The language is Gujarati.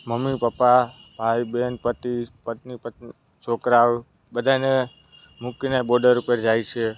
મમ્મી પપ્પા ભાઈ બહેન પતિ પત્ની છોકરાઓ બધાએને મૂકીને બોર્ડર ઉપર જાય છે